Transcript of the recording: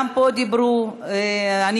גם פה דיברו, אני